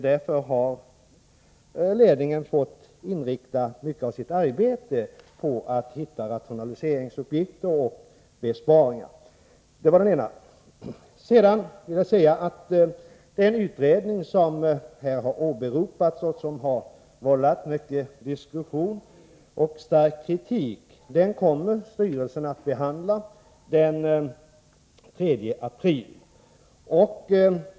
Därför har ledningen fått inrikta mycket av sitt arbete på att hitta rationaliseringsuppgifter och besparingar. För det andra vill jag säga att frågan om den utredning som här har åberopats och som har vållat mycken diskussion och stark kritik kommer styrelsen att behandla den 3 april.